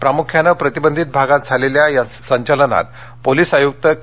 प्रामुख्यानं प्रतिबंधित भागात झालेल्या या संचलनात पोलिस आयुक्त के